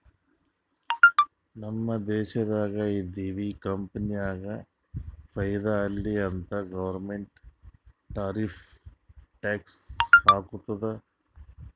ನಮ್ ದೇಶ್ದಾಗ್ ಇದ್ದಿವ್ ಕಂಪನಿಗ ಫೈದಾ ಆಲಿ ಅಂತ್ ಗೌರ್ಮೆಂಟ್ ಟಾರಿಫ್ ಟ್ಯಾಕ್ಸ್ ಹಾಕ್ತುದ್